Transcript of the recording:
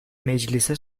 meclise